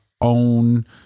own